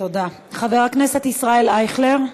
חבר הכנסת ישראל אייכלר,